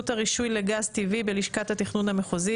הרישוי לגז טבעי בלשכת התכנון המחוזית,